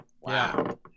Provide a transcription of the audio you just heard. wow